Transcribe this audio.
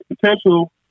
potential